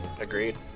Agreed